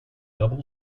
double